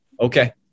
Okay